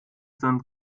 sind